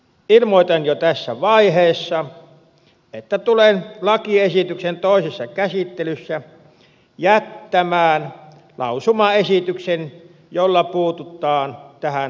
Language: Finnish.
ilmoitan jo tässä vaiheessa että tulen lakiesityksen toisessa käsittelyssä jättämään lausumaesityksen jolla puututaan tähän vakavaan epäkohtaan